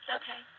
okay